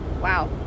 Wow